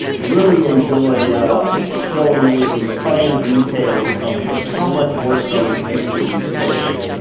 really enjoy showing you the finer details of how much work goes into these coaches,